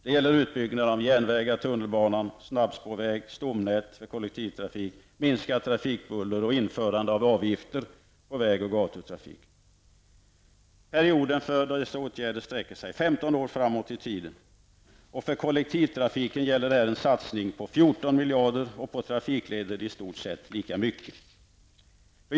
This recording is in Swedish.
Det gäller utbyggnaden av järnvägar, tunnelbanan, snabbspårväg, stomnät för kollektivtrafik, minskat trafikbuller och införande av avgifter på väg och gatutrafik. Perioden för dessa åtgärder sträcker sig 15 år framåt i tiden. För kollektivtrafiken gäller det här en satsning på 14 miljarder och på trafikleder i stort sett lika mycket.